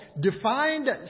defined